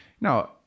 Now